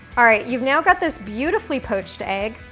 all right you've now got this beautifully poached egg,